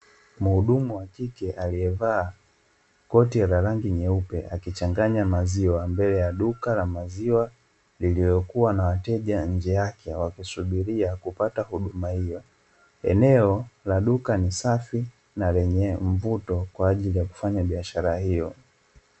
Mhudumu wa kike aliyevaa koti la rangi nyeupe, akichanganya maziwa mbele ya duka la maziwa lililokuwa na wateja nje yake wakisubiria kupata huduma hiyo. Eneo la duka ni safi na lenye mvuto kwa ajili ya kufanya biashara hiyo.